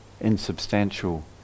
insubstantial